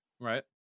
Right